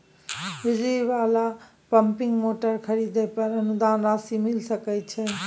बिजली वाला pumping motor खरीदे पर अनुदान राशि मिल सके छैय?